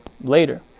later